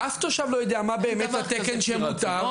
אף תושב לא יודע מה באמת התקן שמותר.